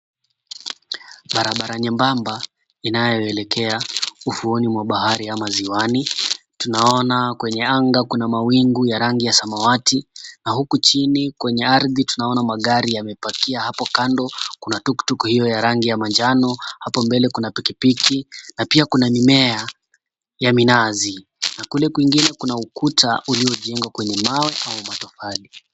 Barabara nyembamba, inayoelekea ufuoni kwa bahari ama ziwani. Kwenye anga kuna mawingu ya rangi ya samawati, na huku chini kwenye ardhi, magari yamepakia hapo kando, kuna tukutuku hiyo ya rangi ya manjano. Hapo mbele kuna pikipiki, na pia kuna mimea ya minazi. Kule kwingine kuna ukuta uliojengwa kwenye mawe au matofali.